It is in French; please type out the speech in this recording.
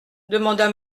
demanda